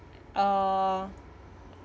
uh